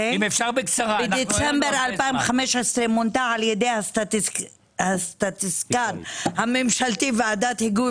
בדצמבר 2015 מונתה על ידי הסטטיסטיקה הממשלתי ועדת היגוי